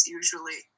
usually